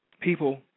People